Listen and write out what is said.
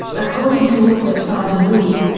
according to author simon reeve,